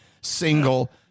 single